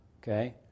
okay